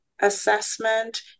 assessment